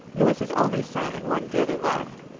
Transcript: who was his only son and one dearly loved,